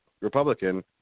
Republican